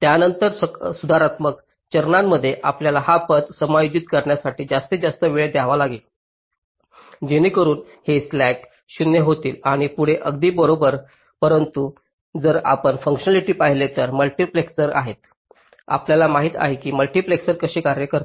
त्यानंतरच्या सुधारात्मक चरणांमध्ये आपल्याला हा पथ समायोजित करण्यासाठी जास्तीत जास्त वेळ घालवावा लागेल जेणेकरून हे स्लॅक 0 होतील आणि पुढे अगदी बरोबर परंतु जर आपण फुंकशनॅलिटी पाहिले तर मल्टीप्लेक्सर्स आहेत आपल्याला माहित आहे की मल्टीप्लेक्सर कसे कार्य करते